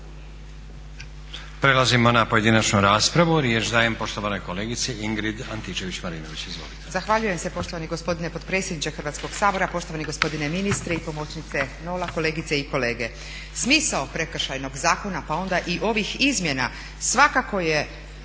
Prelazimo na pojedinačnu raspravu. Riječ dajem poštovanoj kolegici Ingrid Antičević-Marinović, izvoli. **Antičević Marinović, Ingrid (SDP)** Zahvaljujem se poštovani gospodine potpredsjedniče Hrvatskog sabora, poštovani gospodine ministre i pomoćnice Nola, kolegice i kolege. Smisao Prekršajnog zakona pa onda i ovih izmjena svakako je